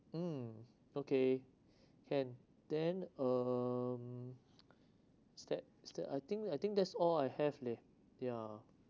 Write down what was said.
mm okay can then um is that is that I think I think that's all I have leh ya